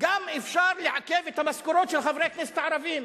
גם אפשר לעכב את המשכורות של חברי הכנסת הערבים,